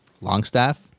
Longstaff